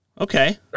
Okay